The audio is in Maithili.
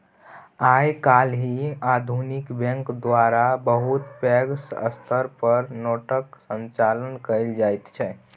आइ काल्हि आधुनिक बैंक द्वारा बहुत पैघ स्तर पर नोटक संचालन कएल जाइत छै